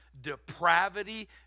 depravity